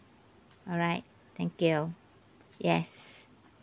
alright thank you yes